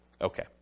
Okay